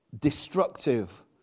destructive